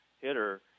hitter